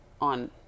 on